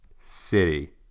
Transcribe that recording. City